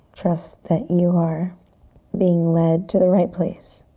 trust that you are being led to the right place.